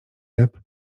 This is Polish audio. ryb